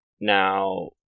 Now